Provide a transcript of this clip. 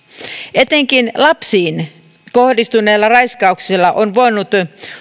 etenkin lapsiin kohdistuneella raiskauksella on voinut